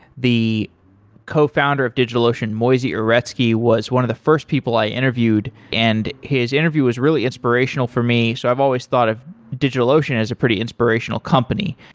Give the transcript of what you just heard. the cofounder of digitalocean, moisey uretsky, was one of the first people i interviewed, and his interview was really inspirational for me. so i've always thought of digitalocean as a pretty inspirational company.